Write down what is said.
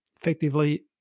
effectively